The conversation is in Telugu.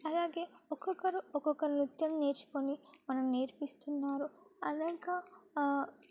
అలాగే ఒక్కొక్కరు ఒక్కొక్క నృత్యం నేర్చుకొని మనకు నేర్పిస్తున్నారు అలాగ